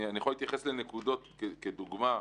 אני יכול להתייחס לנקודות, לדוגמה,